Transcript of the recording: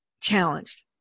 challenged